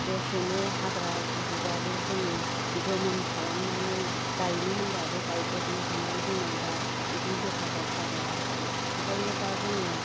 दसेनो हाग्रा गुदुब्लाबो जोङो गोमोन खालामनानै गायनो होनोब्लाबो गायब्रबनो हानाय जोंनाव दा इदि हेफाजाब जाबाय आरो ओंखायनो दा जोङो